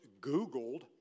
Googled